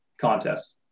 contest